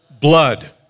blood